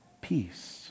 peace